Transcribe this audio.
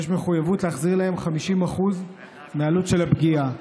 יש מחויבות להחזיר להם 50% מהעלות של הפגיעה.